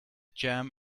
jam